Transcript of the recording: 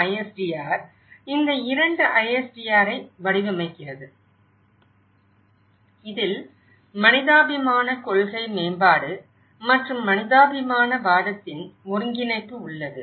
ISDR இந்த 2 ISDRஐ வடிவமைக்கிறது இதில் மனிதாபிமான கொள்கை மேம்பாடு மற்றும் மனிதாபிமான வாதத்தின் ஒருங்கிணைப்பு உள்ளது